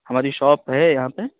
ہماری شاپ ہے یہاں پہ